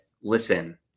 listen